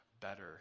better